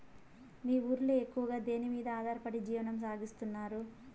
మీ ఊరిలో ఎక్కువగా దేనిమీద ఆధారపడి జీవనం సాగిస్తున్నారు?